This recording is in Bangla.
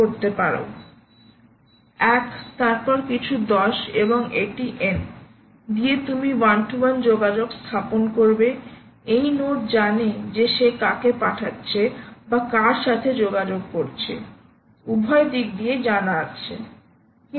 1 তারপর কিছু 10 এবং এটি n দিয়ে তুমি ওয়ান টু ওয়ান যোগাযোগ স্থাপন করবে এই নোড জানে যে সে কাকে পাঠাচ্ছে বা কার সাথে যোগাযোগ করছে উভয় দিক দিয়ে জানা আছে